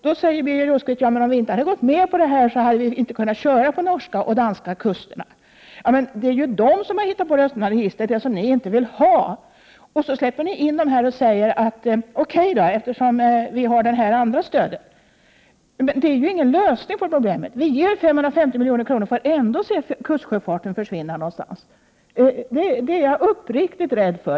Då säger Birger Rosqvist: Om vi inte hade gått med på detta hade vi inte kunnat trafikera de norska och danska kusterna. Men de är ju de som har hittat på det öppna registret, som ni inte vill ha. Men sedan släpper ni in dem här och säger att det är okej eftersom vi har detta andra stöd. Men det innebär ingen lösning på problemet. Vi ger 550 miljoner men får ändå se kustsjöfarten försvinna någonstans — det är jag uppriktigt rädd för.